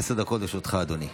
עשר דקות לרשותך, אדוני.